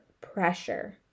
pressure